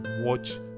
watch